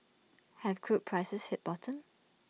have crude prices hit bottom